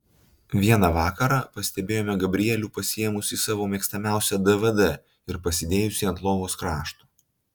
vieną vakarą pastebėjome gabrielių pasiėmusį savo mėgstamiausią dvd ir pasidėjusį ant lovos krašto